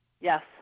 Yes